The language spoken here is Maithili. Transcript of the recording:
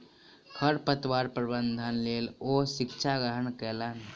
खरपतवार प्रबंधनक लेल ओ शिक्षा ग्रहण कयलैन